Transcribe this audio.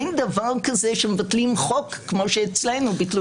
אין דבר כזה שמבטלים חוק כמו שאצלנו ביטלו